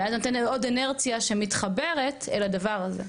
ואז זה נותן עוד אינרציה שמתחברת אל הדבר הזה.